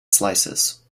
slices